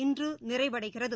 இன்று நிறைவடைகிறது